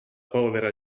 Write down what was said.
povera